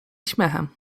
śmiechem